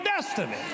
destiny